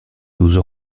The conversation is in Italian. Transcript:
uso